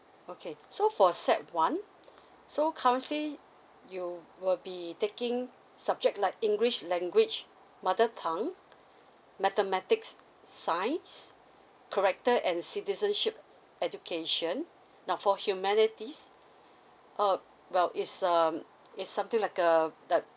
okay so for sec one so currently you will be taking subject like english language mother tongue mathematics science character and citizenship education now for humanities uh well it's um it's something like uh like